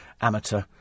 Amateur